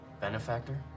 Benefactor